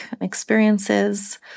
experiences